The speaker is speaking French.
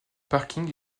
parking